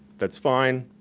that's fine.